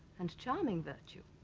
and charming virtue